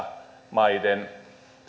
maiden